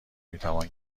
میتوان